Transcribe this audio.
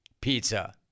pizza